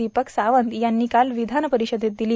दीपक सावंत यांनी काल विधान परिषदेत दिली